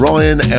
Ryan